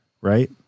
right